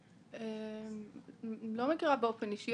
אני לא מכירה באופן אישי,